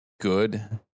good